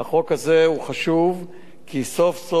זה ינתק את האיגודים,